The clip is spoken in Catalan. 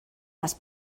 les